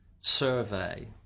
survey